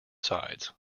sides